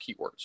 keywords